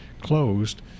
closed